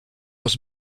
was